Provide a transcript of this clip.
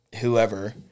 whoever